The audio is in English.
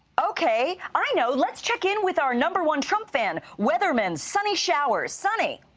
okay. i know, let's check in with our number one trump fan, weatherman sunny showers, sunny.